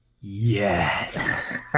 Yes